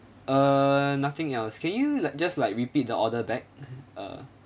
uh nothing else can you like just like repeat the order back err